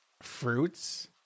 fruits